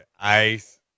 Ice